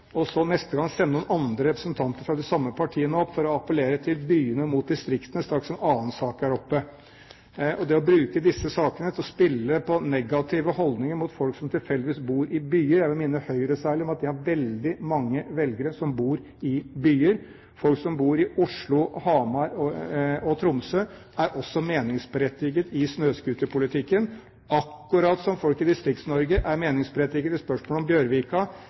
og så neste gang sende noen andre representanter fra de samme partiene for å appellere til byene mot distriktene straks en annen sak er oppe. Det å bruke disse sakene til å spille på negative holdninger mot folk som tilfeldigvis bor i byer – jeg vil særlig minne Høyre om at de har veldig mange velgere som bor i byer. Folk som bor i Oslo, på Hamar og i Tromsø er også meningsberettiget i snøscooterpolitikken, akkurat som folk i Distrikts-Norge er meningsberettiget i spørsmålet om Bjørvika